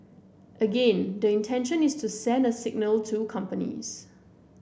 again the intention is to send a signal to companies